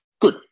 Good